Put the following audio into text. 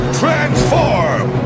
transform